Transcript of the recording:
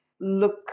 look